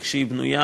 איך שהיא בנויה,